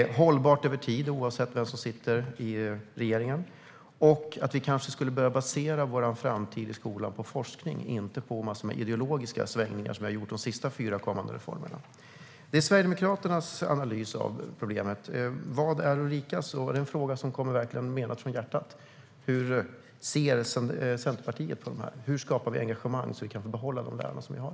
Det ska vara hållbart över tiden, oavsett vem som sitter i regeringen. Vi kanske ska börja basera vår framtid i skolan på forskning och inte på en massa ideologiska svängningar, som vi har gjort när det gäller de senaste fyra reformerna. Det är Sverigedemokraternas analys av problemet. Vilken är Ulrikas? Det är en fråga som verkligen kommer från hjärtat. Hur ser Centerpartiet på detta? Hur skapar vi engagemang, så att vi kan få behålla de lärare vi har?